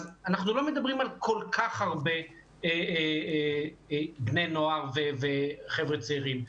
אז אנחנו לא מדברים על כל כך הרבה בני נוער וחבר'ה צעירים,